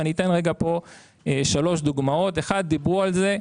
ואני אתן רגע פה שלוש דוגמאות: אחד, דיברו על זה,